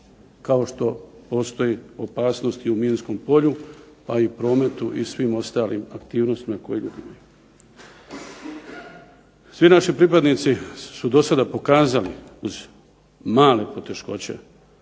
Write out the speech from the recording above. Kao što postoji opasnost i u minskom polju pa i u prometu i u svim ostalim aktivnostima. Svi naši pripadnici su dosada pokazali uz male poteškoće